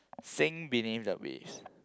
sing beneath the wist